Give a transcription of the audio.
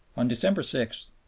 on december six,